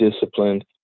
disciplined